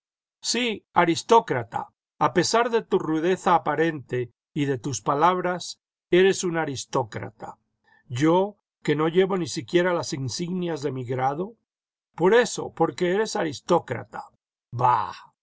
sí aristócrata a pesar de tu rudeza aparente y de tus palabras eres un aristócrata yo que no llevo ni siquiera las insignias de mi grado por eso porque eres aristócrata ibah